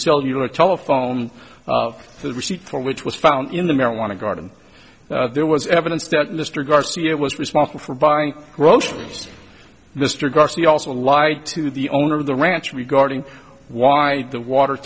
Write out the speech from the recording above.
cellular telephone the receipt for which was found in the marijuana garden there was evidence that mr garcia was responsible for buying groceries mr garcia also lied to the owner of the ranch regarding why the water